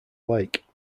lake